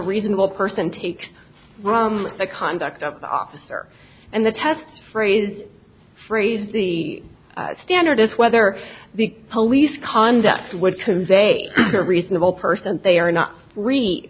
reasonable person takes from the conduct of the officer and the test phrases phrases the standard is whether the police conduct would convey a reasonable person they are not rea